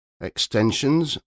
extensions